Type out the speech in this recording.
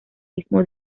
mismo